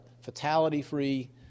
fatality-free